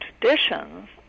traditions